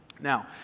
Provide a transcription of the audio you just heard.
Now